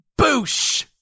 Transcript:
Boosh